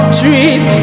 trees